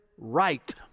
right